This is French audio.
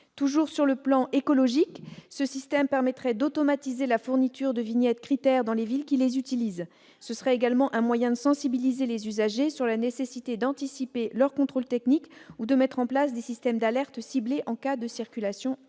Toujours sur le plan écologique, ce système permettrait d'automatiser la fourniture de la vignette Crit'air dans les villes qui l'utilisent. Ce serait également un moyen de sensibiliser les usagers sur la nécessité d'anticiper leur contrôle technique ou de mettre en place des systèmes d'alertes ciblées en cas de circulation alternée.